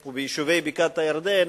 ביום י"ב בשבט התש"ע (27 בינואר 2010):